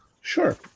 Sure